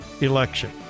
election